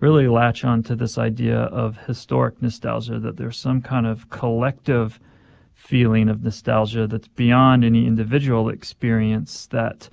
really latched onto this idea of historic nostalgia, that there's some kind of collective feeling of nostalgia that's beyond any individual experience that